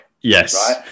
Yes